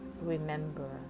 remember